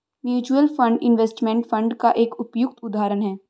mutual fund investment fund का एक उपयुक्त उदाहरण है